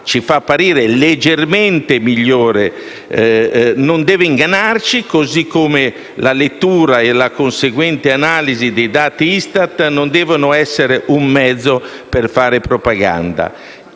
ci appare leggermente migliore, non deve ingannarci, così come la lettura e la conseguente analisi dei dati ISTAT non devono essere un mezzo per fare propaganda.